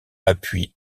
appuie